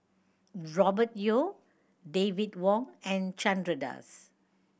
Robert Yeo David Wong and Chandra Das